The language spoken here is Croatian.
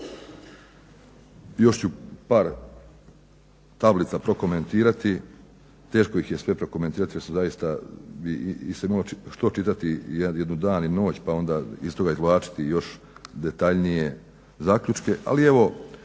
još ću par tablica prokomentirati. Teško ih je sve prokomentirati jer su zaista sam imao što čitati jedan dan i noć pa onda iz toga izvlačiti još detaljnije zaključke,